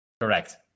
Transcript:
Correct